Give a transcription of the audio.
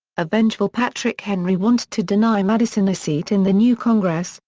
a vengeful patrick henry wanted to deny madison a seat in the new congress,